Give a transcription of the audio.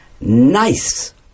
Nice